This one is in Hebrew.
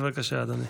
בבקשה, אדוני.